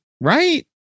right